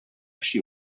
she